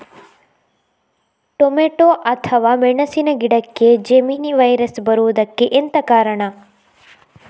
Tomato ಅಥವಾ ಮೆಣಸಿನ ಗಿಡಕ್ಕೆ ಜೆಮಿನಿ ವೈರಸ್ ಬರುವುದಕ್ಕೆ ಎಂತ ಕಾರಣ?